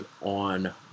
on